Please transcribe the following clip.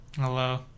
Hello